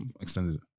Extended